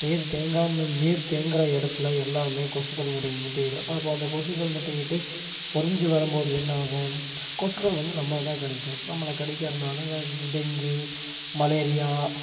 நீர் தேங்காமல் நீர் தேங்குகிற இடத்துல எல்லாமே கொசுக்கள் முட்டை முட்டையிடும் அப்போது அந்த கொசுக்கள் முட்டையிட்டு பொரிஞ்சு வரும்போது என்ன ஆகும் கொசுக்கள் வந்து நம்மளை தான் கடிக்கும் நம்மளை கடிக்கிறனால டெங்கு மலேரியா